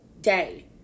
day